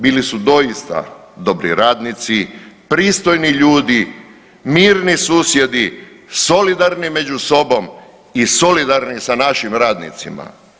Bili su doista dobri radnici, pristojni ljudi, mirni susjedi, solidarni među sobom i solidarni sa našim radnicima.